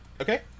Okay